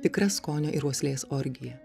tikra skonio ir uoslės orgija